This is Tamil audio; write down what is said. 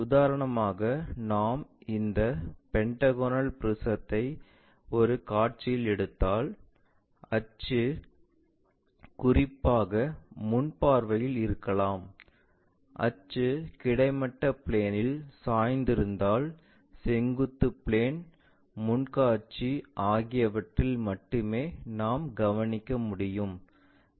உதாரணமாக நாம் இந்த பெண்டகோனல் ப்ரிஸங்களை ஒரு காட்சியில் எடுத்தால் அச்சு குறிப்பாக முன் பார்வையில் இருக்கலாம் அச்சு கிடைமட்ட பிளேன்இல் சாய்ந்திருப்பதால் செங்குத்து பிளேன் முன் காட்சி ஆகியவற்றில் மட்டுமே நாம் கவனிக்க முடியும்